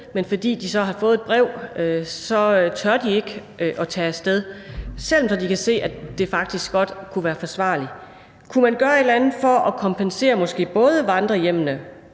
men da de så har fået et brev, tør de ikke tage af sted, selv om de kan se, at det faktisk godt kunne være forsvarligt. Kunne man gøre et eller andet for at kompensere måske både vandrerhjemmene